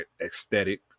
aesthetic